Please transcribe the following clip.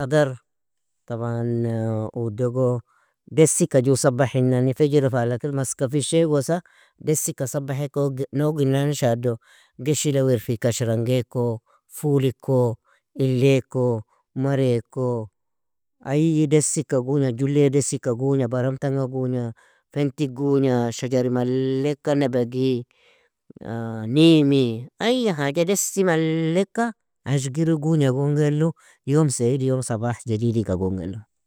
اخضر طبعا, udogo desika ju sabahinani, fejiro fala kir maska fisho igosa, desika sabahekog, nouginane shaado geshil ewirfi, kashrangayko, fuliko, ilayko, marayko ayy desika gugna, julley desika gugna, baram tanga gugna fenti gugna, shajar maleka, nabagi neemi, ayy haja desi maleka ajgiru gugna gongaylo, يوم سعيد يوم صباح جديد iga gongaylo.